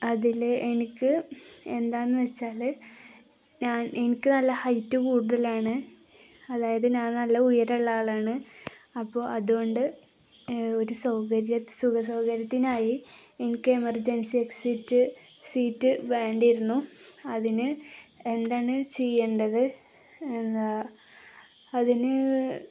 അതില് എനിക്ക് എന്താണെന്നുവച്ചാല് ഞാൻ എനിക്ക് നല്ല ഹൈറ്റ് കൂടുതലാണ് അതായത് ഞാൻ നല്ല ഉയരമുള്ള ആളാണ് അപ്പോള് അതുകൊണ്ട് ഒരു സുഖസൗകര്യത്തിനായി എനിക്ക് എമർജൻസി എക്സിറ്റ് സീറ്റ് വേണ്ടിയിരുന്നു അതിന് എന്താണ് ചെയ്യേണ്ടത് എന്താണ് അതിന്